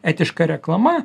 etiška reklama